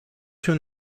się